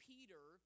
Peter